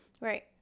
right